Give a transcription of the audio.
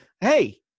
Hey